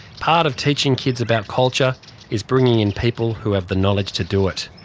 part of teaching kids about culture is bringing in people who have the knowledge to do it.